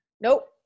Nope